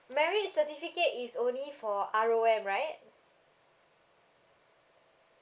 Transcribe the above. marriage certificate is only for R_O_M right